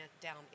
down